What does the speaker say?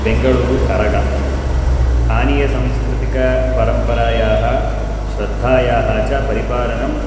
बेङ्गलूरु करगा स्थानीय सांस्कृतिकपरम्परायाः श्रद्धायाः च परिपालनं